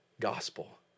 gospel